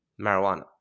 marijuana